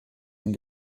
dem